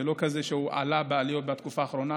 היא לא כזאת שזה בעליות בתקופה האחרונה.